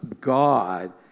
God